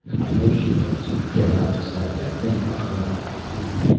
i motioned him to get out of sight and made my way on the poop.